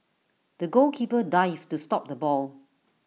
the goalkeeper dived to stop the ball